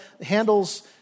handles